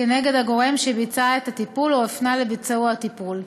כנגד הגורם שביצע את הטיפול או הפנה לביצוע הטיפול.